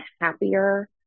happier